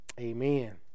Amen